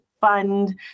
fund